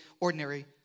ordinary